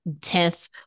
tenth